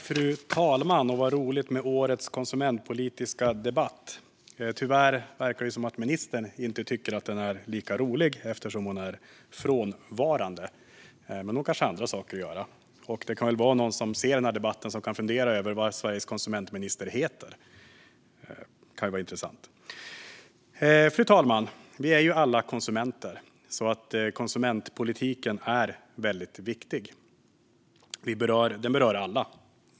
Fru talman! Vad roligt med årets konsumentpolitiska debatt! Tyvärr verkar det inte som att ministern tycker att den är lika rolig, eftersom hon är frånvarande. Men hon kanske har andra saker att göra. Det kan väl vara någon som lyssnar på den här debatten som kan fundera över vad Sveriges konsumentminister heter. Det kan vara intressant. Fru talman! Vi är ju alla konsumenter, så konsumentpolitiken är väldigt viktig. Den berör alla.